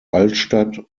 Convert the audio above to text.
altstadt